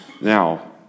Now